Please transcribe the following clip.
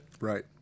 Right